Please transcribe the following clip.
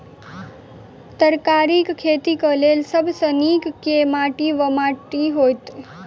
तरकारीक खेती केँ लेल सब सऽ नीक केँ माटि वा माटि हेतै?